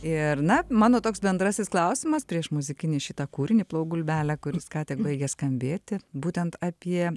ir na mano toks bendrasis klausimas prieš muzikinį šitą kūrinį plauk gulbele kuris ką tik baigė skambėti būtent apie